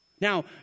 Now